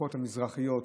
הרוחות המזרחיות